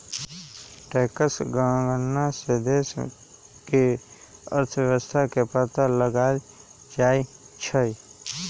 tax गणना से देश के अर्थव्यवस्था के पता लगाएल जाई छई